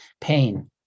pain